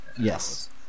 Yes